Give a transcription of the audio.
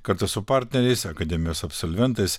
kartu su partneriais akademijos absolventais